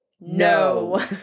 No